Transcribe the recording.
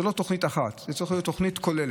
זו לא תוכנית אחת, זו צריכה להיות תוכנית כוללת.